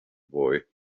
boy